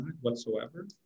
whatsoever